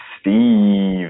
Steve